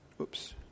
Oops